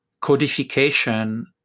codification